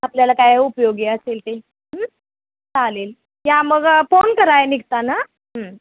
आपल्याला काय उपयोगी असेल ते हं चालेल या मग फोन कराय निघताना हं